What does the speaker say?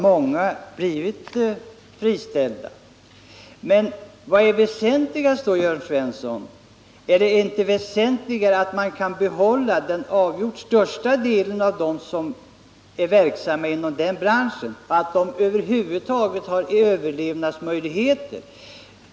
Men vilket är det väsentliga, Jörn Svensson? Är det inte väsentligare att man kan behålla den avgjort större delen av de verksamma inom den branschen genom att denna över huvud taget får möjligheter att överleva?